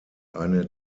eine